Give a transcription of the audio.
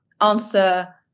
answer